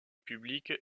public